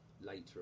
later